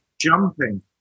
jumping